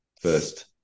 first